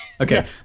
Okay